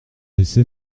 laissé